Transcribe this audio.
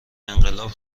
انقلاب